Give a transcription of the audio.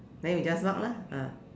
then you just mark lah ah